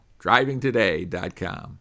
drivingtoday.com